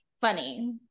funny